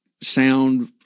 sound